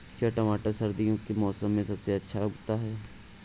क्या टमाटर सर्दियों के मौसम में सबसे अच्छा उगता है?